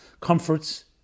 comforts